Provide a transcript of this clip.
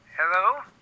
Hello